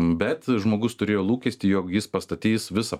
bet žmogus turėjo lūkestį jog jis pastatys visą